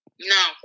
No